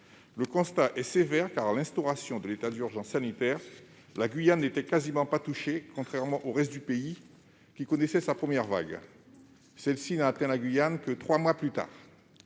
Le constat est sévère car, lors de l'instauration de l'état d'urgence sanitaire, la Guyane n'était quasiment pas touchée, contrairement au reste du pays qui connaissait sa première vague. Celle-ci n'a atteint la Guyane que trois mois plus tard.